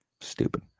Stupid